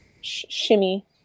shimmy